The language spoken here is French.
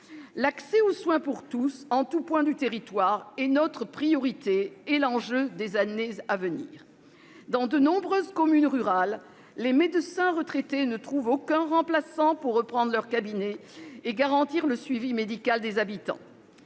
L'accès aux soins pour tous, en tout point du territoire, est notre priorité et l'enjeu des années à venir. Dans de nombreuses communes rurales, les médecins retraités ne trouvent aucun remplaçant pour reprendre leur cabinet et garantir le suivi médical des habitants.